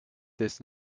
this